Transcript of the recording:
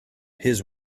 his